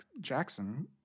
Jackson